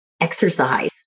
exercise